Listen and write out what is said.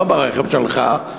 לא ברכב שלך,